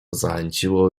zachęciło